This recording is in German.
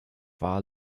war